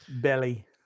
Belly